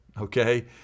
okay